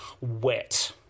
wet